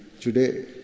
today